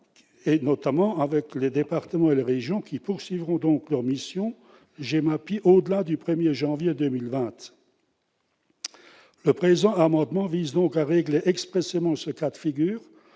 notamment les départements et régions qui poursuivront leur mission GEMAPI au-delà du 1 janvier 2020. Le présent amendement vise donc à régler expressément ce cas de figure,